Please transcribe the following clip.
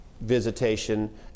visitation